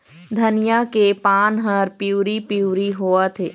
धनिया के पान हर पिवरी पीवरी होवथे?